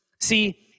See